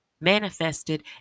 Manifested